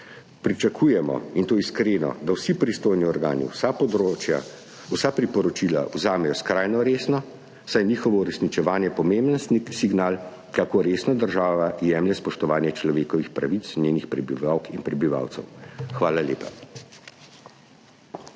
Pričakujemo, in to iskreno, da vsi pristojni organi vsa priporočila vzamejo skrajno resno, saj je njihovo uresničevanje pomemben signal, kako resno država jemlje spoštovanje človekovih pravic svojih prebivalk in prebivalcev. Hvala lepa.